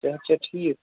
صحت چھا ٹھیٖک